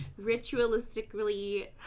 ritualistically